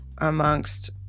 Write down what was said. amongst